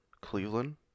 Cleveland